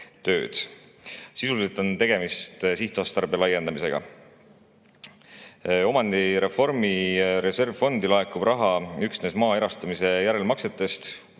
tööd. Sisuliselt on tegemist sihtotstarbe laiendamisega. Omandireformi reservfondi laekub raha üksnes maa erastamise järelmaksetest,